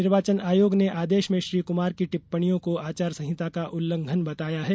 निर्वाचन आयोग ने आदेश में श्री कमार की टिप्पणियों को आचार संहिता का उल्लंघन बताया है